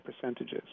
percentages